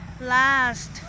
last